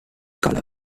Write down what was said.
colour